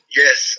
yes